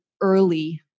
early